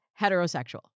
heterosexual